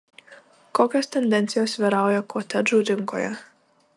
kokios tendencijos vyrauja kotedžų rinkoje